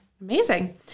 Amazing